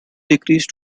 decrease